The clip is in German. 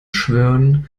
schwören